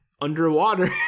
underwater